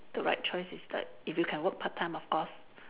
the right choice is like if you can work part time of course